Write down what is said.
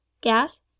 gas